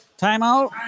Timeout